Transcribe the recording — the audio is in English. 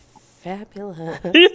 fabulous